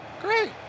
Great